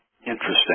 Interesting